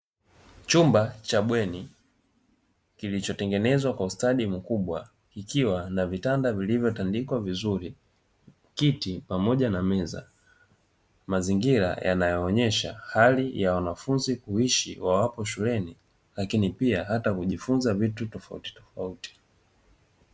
Chumba cha bweni kilichotengenezwa kwa ustadi mkubwa kikiwa na vitanda vilivyotandikwa vizuri, kiti, pamoja na meza, mazingira yanayoonyesha hali ya wanafunzi kuishi wawapo shuleni, lakini pia hata kujifunza vitu tofautitofauti.